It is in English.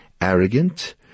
arrogant